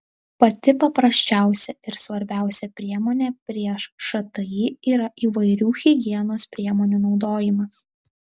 pati paprasčiausia ir svarbiausia priemonė prieš šti yra įvairių higienos priemonių naudojimas